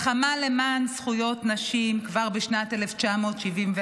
לחמה למען זכויות נשים כבר בשנת 1974,